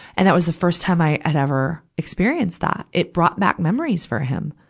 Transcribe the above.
and that was the first time i had ever experienced that. it brought back memories for him,